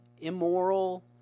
immoral